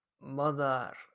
mother